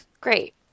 Great